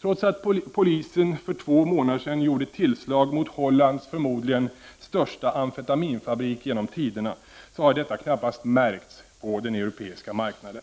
Trots att polisen för två månader sedan gjorde tillslag mot Hollands förmodligen största amfetaminfabrik genom tiderna, har detta knappast märkts på den europeiska marknaden.